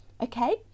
Okay